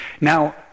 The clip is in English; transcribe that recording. Now